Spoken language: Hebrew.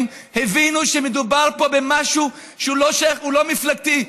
הבינו שמדובר פה במשהו שהוא לא מפלגתי,